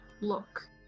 look